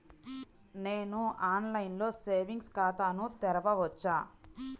నేను ఆన్లైన్లో సేవింగ్స్ ఖాతాను తెరవవచ్చా?